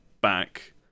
back